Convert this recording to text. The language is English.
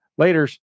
Laters